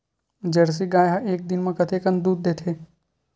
Jersey गाय ह एक दिन म कतेकन दूध देथे?